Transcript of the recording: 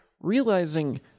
Realizing